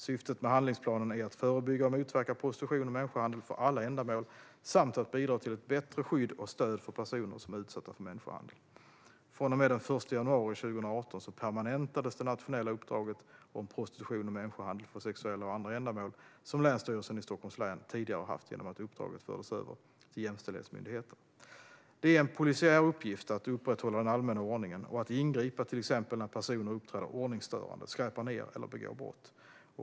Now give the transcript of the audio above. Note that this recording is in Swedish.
Syftet med handlingsplanen är att förebygga och motverka prostitution och människohandel för alla ändamål samt att bidra till ett bättre skydd och stöd för personer som är utsatta för människohandel. Från och med den 1 januari 2018 permanentades det nationella uppdrag om prostitution och människohandel för sexuella och andra ändamål som Länsstyrelsen i Stockholms län tidigare har haft genom att uppdraget fördes över till Jämställdhetsmyndigheten. Det är en polisiär uppgift att upprätthålla den allmänna ordningen och att ingripa när personer till exempel uppträder ordningsstörande, skräpar ned eller begår brott.